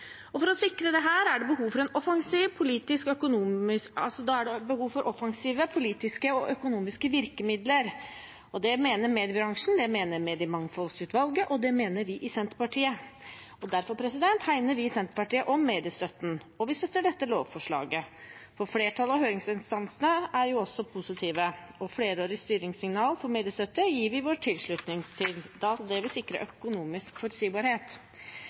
For å sikre dette er det behov for offensive politiske og økonomiske virkemidler. Det mener mediebransjen, det mener Mediemangfoldsutvalget, og det mener vi i Senterpartiet. Derfor hegner vi i Senterpartiet om mediestøtten, og vi støtter dette lovforslaget. Flertallet av høringsinstansene er også positive. Flerårige styringssignal for mediestøtte gir vi vår tilslutning til, da det vil sikre økonomisk forutsigbarhet.